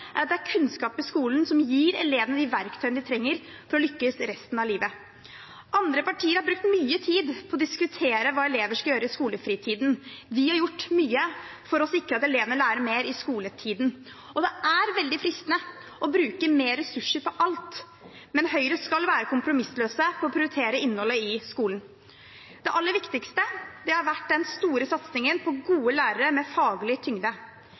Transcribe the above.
er at det er kunnskap i skolen som gir elevene de verktøyene de trenger for å lykkes resten av livet. Andre partier har brukt mye tid på å diskutere hva elever skal gjøre i skolefritiden. Vi har gjort mye for å sikre at elevene lærer mer i skoletiden. Det er veldig fristende å bruke mer ressurser på alt, men Høyre skal være kompromissløs på å prioritere innholdet i skolen. Det aller viktigste har vært den store satsingen på gode lærere med faglig tyngde.